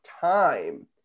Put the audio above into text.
time